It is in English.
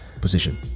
position